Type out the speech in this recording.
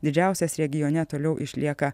didžiausias regione toliau išlieka